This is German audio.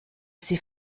sie